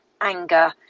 anger